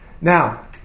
Now